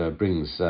brings